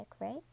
right